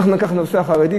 אנחנו ניקח את הנושא החרדי,